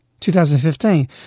2015